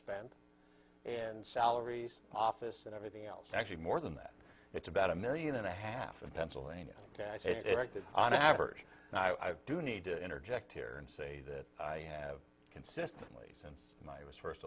spent and salaries office and everything else actually more than that it's about a million and a half of pennsylvania it's that on average and i do need to interject here and say that i have consistently and i was first